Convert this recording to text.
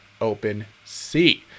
OpenSea